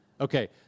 Okay